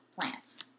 plants